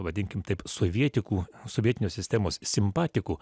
vadinkim taip sovietikų sovietinės sistemos simpatikų